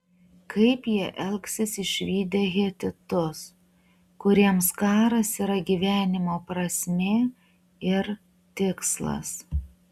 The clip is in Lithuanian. kaip jie elgsis išvydę hetitus kuriems karas yra gyvenimo prasmė ir tikslas